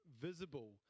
visible